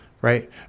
right